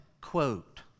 quote